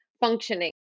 functioning